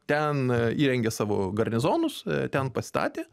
ten įrengė savo garnizonus ten pasistatė